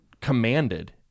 commanded